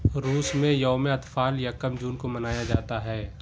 روس میں یوم اطفال یکم جون کو منایا جاتا ہے